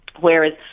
Whereas